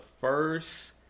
first